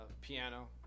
piano